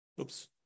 Oops